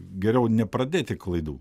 geriau nepradėti klaidų